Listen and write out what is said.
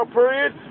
period